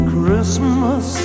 Christmas